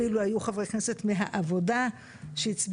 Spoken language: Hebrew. היה אפילו חבר כנסת אחד מהעבודה שהצביע